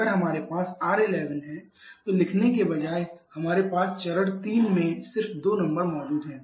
अगर हमारे पास R11 है तो लिखने के बजाय हमारे पास चरण 3 में सिर्फ 2 नंबर मौजूद हैं